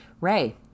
Ray